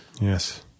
Yes